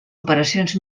operacions